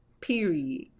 period